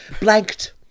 blanked